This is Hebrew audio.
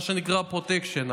מה שנקרא פרוטקשן.